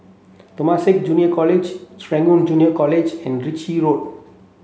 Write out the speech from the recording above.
Temasek Junior College Serangoon Junior College and Ritchie Road